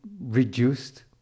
reduced